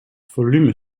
volume